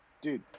dude